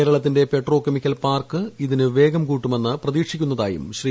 കേരളത്തിന്റെ petrochemical park ഇതിന് വേഗം കൂട്ടുമെന്ന് പ്രതീക്ഷിക്കുന്നതായും ശ്രീ